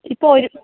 ഇപ്പോൾ വരും